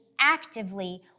actively